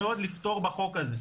זה חשוב לפתור בתוך החוק הזה.